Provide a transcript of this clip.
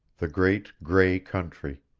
the great gray country.